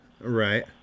Right